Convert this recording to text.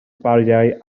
bariau